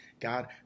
God